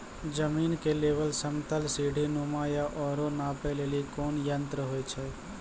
जमीन के लेवल समतल सीढी नुमा या औरो नापै लेली कोन यंत्र होय छै?